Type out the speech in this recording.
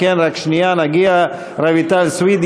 רויטל סויד.